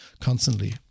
constantly